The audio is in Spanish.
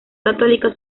católica